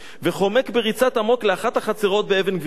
וחומק בריצת אמוק לאחת החצרות באבן-גבירול.